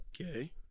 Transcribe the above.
Okay